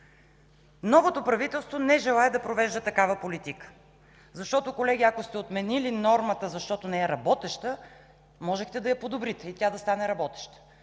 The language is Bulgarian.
Новото правителство не желае да провежда такава политика. Ако сте отменили нормата, колеги, защото не е работеща, можехте да я подобрите и тя да стане работеща.